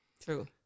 True